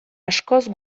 askoz